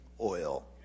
oil